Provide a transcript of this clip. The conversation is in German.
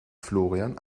florian